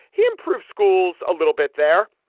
he improved schools a little bit there.